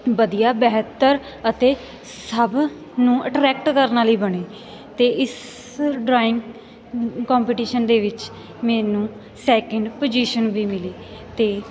ਵਧੀਆ ਬਿਹਤਰ ਅਤੇ ਸਭ ਨੂੰ ਅਟਰੈਕਟ ਕਰਨ ਵਾਲੀ ਬਣੀ ਅਤੇ ਇਸ ਡਰਾਇੰਗ ਕੋਪੀਟੀਸ਼ਨ ਦੇ ਵਿੱਚ ਮੈਨੂੰ ਸੈਕਿੰਡ ਪਜ਼ੀਸ਼ਨ ਵੀ ਮਿਲੀ ਅਤੇ